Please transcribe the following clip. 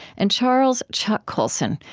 and charles chuck colson,